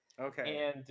Okay